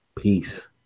Peace